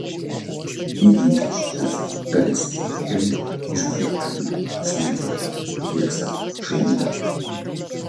įgytas žinias galėsite patikrinti išbandę laimę sumedžiok higsą žaidime